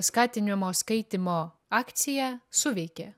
skatinimo skaitymo akcija suveikė